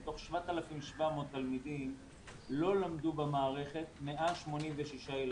מתוך 7,700 תלמידים לא למדו במערכת 186 ילדים.